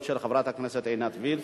התשע"ב